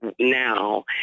now